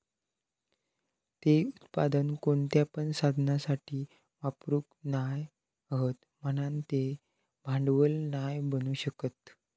ते उत्पादन कोणत्या पण साधनासाठी वापरूक नाय हत म्हणान ते भांडवल नाय बनू शकत